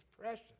precious